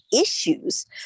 issues